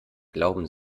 glauben